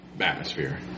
atmosphere